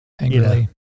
Angrily